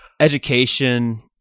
education